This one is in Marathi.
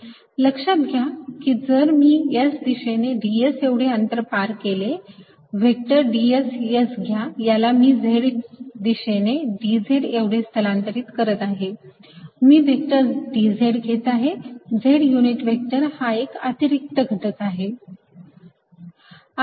लक्षात घ्या की जर मी S दिशेने ds एवढे अंतर पार केले व्हेक्टर ds S घ्या याला मी Z च्या दिशेने dz एवढे स्थलांतरित करत आहे मी व्हेक्टर dz घेत आहे Z युनिट व्हेक्टर हा एक अतिरिक्त घटक आहे